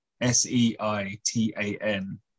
S-E-I-T-A-N